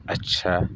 اچھا